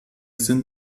sind